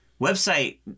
website